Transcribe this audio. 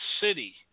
city